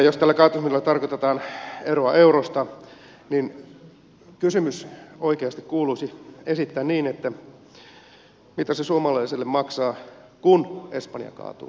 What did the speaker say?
jos tällä kaatumisella tarkoitetaan eroa eurosta niin kysymys oikeasti kuuluisi esittää niin että mitä se suomalaisille maksaa kun espanja kaatuu tai kun kreikka kaatuu